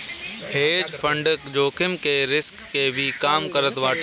hedge fund जोखिम के risk के भी कम करत बाटे